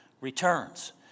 returns